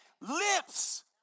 Lips